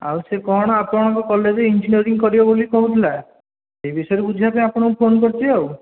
ଆଉ ସେ କ'ଣ ଆପଣଙ୍କ କଲେଜ୍ ଇଞ୍ଜିନିୟରିଂ କରିବାକୁ କହୁଥିଲା ସେ ବିଷୟରେ ବୁଝିବା ପାଇଁ ଆପଣଙ୍କୁ ଫୋନ୍ କରିଛି ଆଉ